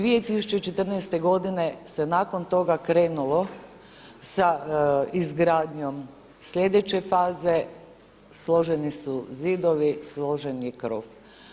2014. godine se nakon toga krenulo sa izgradnjom sljedeće faze, složeni su zidovi, složen je krov.